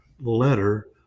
letter